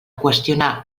qüestionar